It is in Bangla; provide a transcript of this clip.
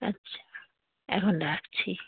আচ্ছা এখন রাখছি